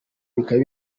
bikaba